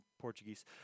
Portuguese